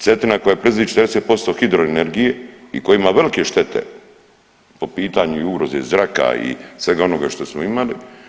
Cetina koja proizvodi 40% hidro energije i koja ima velike štete po pitanju i ugroze zraka i svega onoga što smo imali.